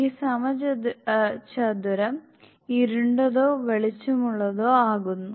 ഈ സമചതുരം ഇരുണ്ടതോ വെളിച്ചമുള്ളതോ ആകുന്നു